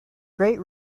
great